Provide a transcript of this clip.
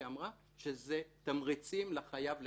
כאשר הרשם כבר מקבל החלטה, החייב המוחלש,